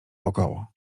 wokoło